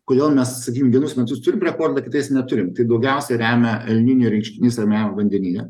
kodėl mes sakykim vienus metus turim rekordą kitais neturim tai daugiausia remia el ninio reikškinys ramiajam vandenyne